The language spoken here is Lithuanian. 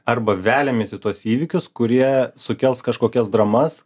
arba veliamės į tuos įvykius kurie sukels kažkokias dramas